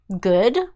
good